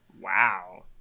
wow